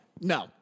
No